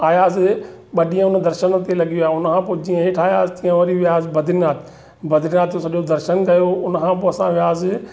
आयासीं ॿ ॾींहं हुन में दर्शन ते लॻी विया हुन खां पोइ जीअं हेठि आयासीं तीअं वरी वियासि बद्रीनाथ बद्रीनाथ जो सॼो दर्शन कयो उनखां पोइ असां वियासीं